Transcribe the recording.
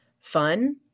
fun